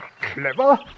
Clever